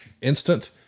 instant